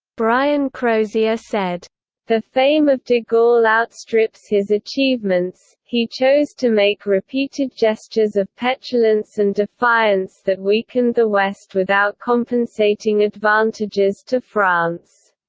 brian crozier said the fame of de gaulle outstrips his achievements, he chose to make repeated gestures of petulance and defiance that weakened the west without compensating advantages to france